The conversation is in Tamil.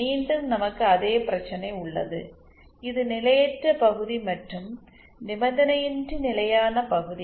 மீண்டும் நமக்கு அதே பிரச்சினை உள்ளது இது நிலையற்ற பகுதி மற்றும் நிபந்தனையின்றி நிலையான பகுதி